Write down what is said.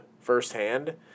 firsthand